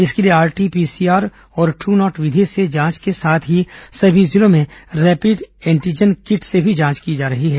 इसके लिए आरटीपीसीआर और ट्र् नॉट विधि से जांच के साथ ही सभी जिलों में रैपिड एंटीजन किट से मी जांच की जा रही है